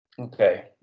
Okay